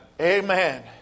amen